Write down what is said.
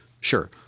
Sure